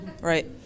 Right